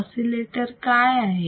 oscillator काय आहे